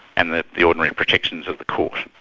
and the the ordinary protections of the court.